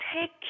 take